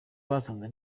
basanze